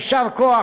יישר כוח.